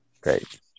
Great